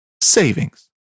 savings